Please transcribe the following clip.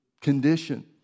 condition